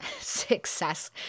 success